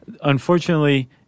Unfortunately